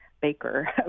baker